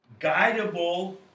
guidable